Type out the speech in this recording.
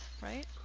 right